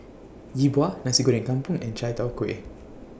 Yi Bua Nasi Goreng Kampung and Chai Tow Kway